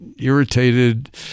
irritated